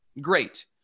great